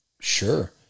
Sure